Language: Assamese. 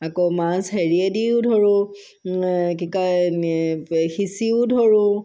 আকৌ মাছ হেৰিয়েদিও ধৰোঁ কি কয় সিঁচিও ধৰোঁ